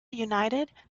united